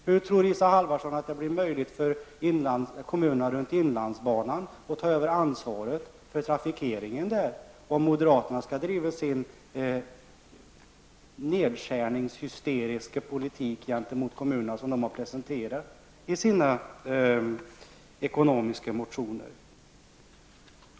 Hur tror Isa Halvarsson att det skall bli möjligt för kommunerna runt inlandsbanan att ta över ansvaret för trafikeringen där om moderaterna skall driva den nedskärningshysteriska politik gentemot kommunerna som de har presenterat i sina ekonomiska motioner?